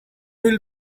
will